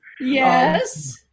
Yes